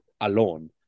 alone